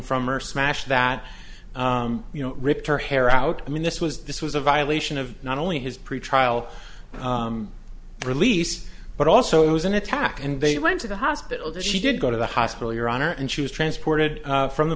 from or smashed that you know ripped her hair out i mean this was this was a violation of not only his pretrial release but also it was an attack and they went to the hospital she did go to the hospital your honor and she was transported from the